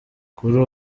kuri